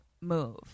move